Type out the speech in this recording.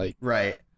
Right